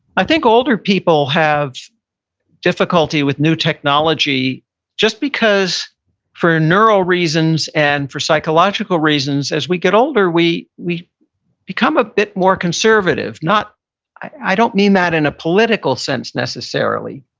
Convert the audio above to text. i think older people have difficulty with new technology just because for neuro reasons and for psychological reasons, as we get older, we we become a bit more conservative. i don't mean that in a political sense, necessarily.